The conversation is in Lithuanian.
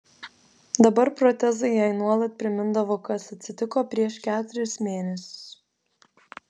dabar protezai jai nuolat primindavo kas atsitiko prieš keturis mėnesius